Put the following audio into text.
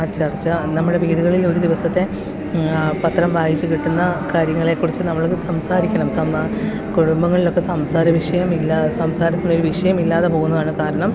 ആ ചർച്ച നമ്മുടെ വീടുകളിൽ ഒരു ദിവസത്തെ പത്രം വായിച്ചുകിട്ടുന്ന കാര്യങ്ങളെക്കുറിച്ച് നമ്മള് സംസാരിക്കണം കുടുംബങ്ങളിലൊക്കെ സംസാരവിഷയം ഇല്ലാ സംസാരത്തിന് ഒരുവിഷയം ഇല്ലാതെ പോകുന്നതാണ് കാരണം